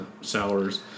sours